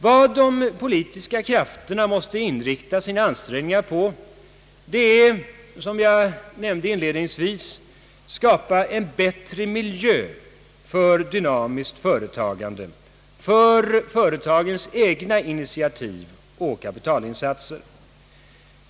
Vad de politiska krafterna måste inrikta sina ansträngningar på är, som jag nämnde inledningsvis, att skapa en bättre miljö för dynamiskt företagande, företagens egna initiativ och kapitalinsatser.